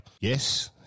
Yes